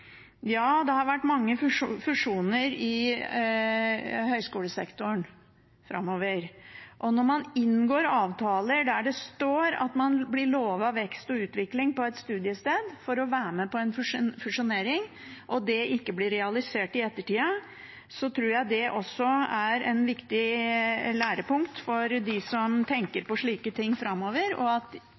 Ja, det har vært mange fusjoner i høyskolesektoren. Når man inngår avtaler der man for å være med på en fusjonering blir lovet vekst og utvikling på et studiested og det ikke blir realisert i ettertid, tror jeg det også er et viktig lærepunkt for dem som tenker på slikt framover. Jeg og SV mener at vi trenger en mer desentralisert struktur framover, og at